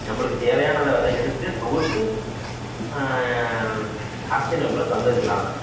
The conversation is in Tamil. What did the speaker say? நம்மளுக்கு தேவையானதை அதை எடுத்து தொகுத்து அரசியல் அமைப்பில் தந்திருக்குறாங்க